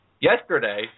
Yesterday